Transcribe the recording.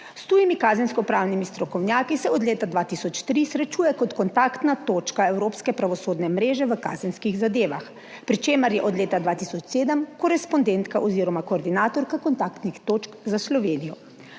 S tujimi kazenskopravnimi strokovnjaki se od leta 2003 srečuje kot kontaktna točka Evropske pravosodne mreže v kazenskih zadevah, pri čemer je od leta 2007 korespondentka oziroma koordinatorka kontaktnih točk za Slovenijo.